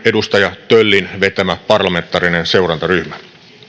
edustaja töllin vetämä parlamentaarinen seurantaryhmä